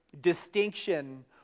distinction